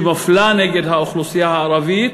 שמפלה את האוכלוסייה הערבית,